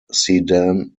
sedan